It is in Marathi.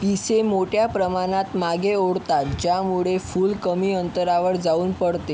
पिसे मोठ्या प्रमाणात मागे ओढतात ज्यामुळे फूल कमी अंतरावर जाऊन पडते